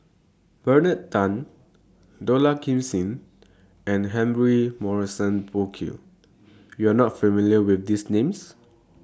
Bernard Tan Dollah Kassim and Humphrey Morrison Burkill YOU Are not familiar with These Names